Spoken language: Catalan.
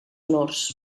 honors